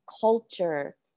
culture